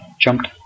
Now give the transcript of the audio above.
jumped